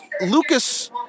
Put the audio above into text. Lucas